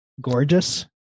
gorgeous